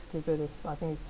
this I think it's